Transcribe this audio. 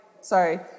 sorry